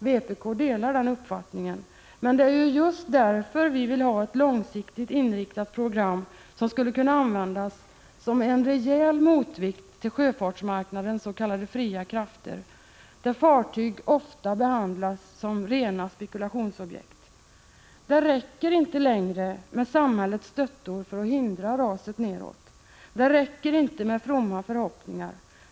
Vpk delar den uppfattningen, men det är ju just därför vi vill ha ett långsiktigt inriktat program, som skulle kunna användas som en rejäl motvikt till sjöfartsmarknadens s.k. fria krafter, där Prot. 1985/86:136 fartyg ofta behandlas som rena spekulationsobjekt. 7 maj 1986 Det räcker inte längre med samhällets stöttor för att hindra raset neråt. ä Det räcker inte med fromma förhoppningar.